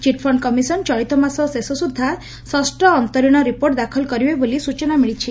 chit fund commission ଚଳିତ ମାସ ଶେଷ ସୁଦ୍ଧା ଷଷ ଅନ୍ତରୀଣ ରିପୋର୍ଟ ଦାଖଲ କରିବେ ବୋଲି ସ୍ଚନା ମିଳିଛି